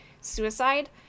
suicide